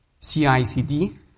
CICD